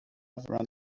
around